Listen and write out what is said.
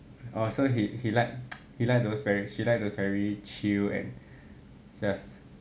so he he like she like those very she liked those very chill and just